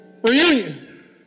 Reunion